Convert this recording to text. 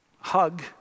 hug